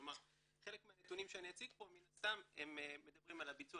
כלומר חלק מהנתונים שאציג פה מן הסתם מדברים על הביצוע